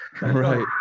right